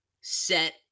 set